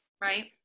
right